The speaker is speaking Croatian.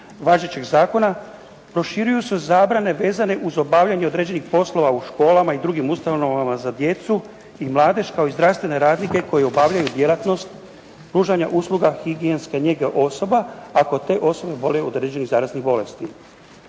važećeg zakona, proširuju se zabrane vezane uz obavljanje određenih poslova u školama i drugim ustanovama za djecu i mladež kao i zdravstvene radnike koji obavljaju djelatnost pružanja usluga higijenske njege osoba ako te osobe boluju od određenih zaraznih bolesti.